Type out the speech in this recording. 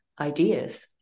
ideas